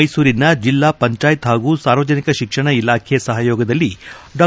ಮೈಸೂರಿನ ಜಿಲ್ನಾ ಪಂಚಾಯತ್ ಪಾಗೂ ಸಾರ್ವಜನಿಕ ಶಿಕ್ಷಣ ಇಲಾಖೆ ಸಹಯೋಗದಲ್ಲಿ ಡಾ